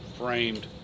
Framed